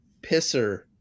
pisser